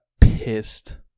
pissed